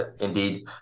indeed